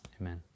Amen